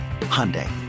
Hyundai